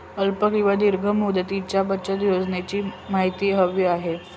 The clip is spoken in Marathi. अल्प किंवा दीर्घ मुदतीसाठीच्या बचत योजनेची माहिती हवी आहे